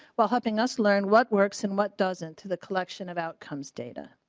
well helping us learn what works and what doesn't to the collection about comes data.